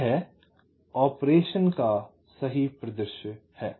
यह ऑपरेशन का सही परिदृश्य है